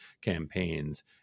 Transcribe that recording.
campaigns